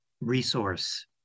resource